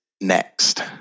Next